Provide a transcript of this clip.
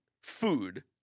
food